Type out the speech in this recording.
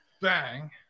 Bang